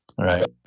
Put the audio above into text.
Right